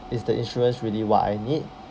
is the insurance really what I need